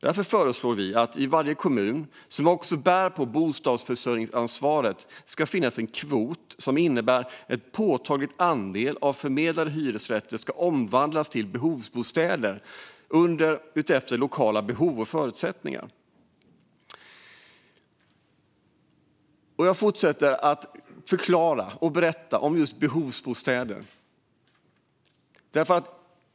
Vi föreslår därför att det i varje kommun, som också bär bostadsförsörjningsansvaret, ska finnas en kvot som innebär att en påtaglig andel av förmedlade hyresrätter omvandlas till behovsbostäder utifrån lokala behov och förutsättningar. Jag fortsätter att förklara och berätta om behovsbostäder.